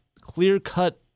clear-cut